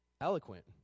Eloquent